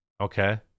Okay